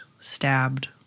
stabbed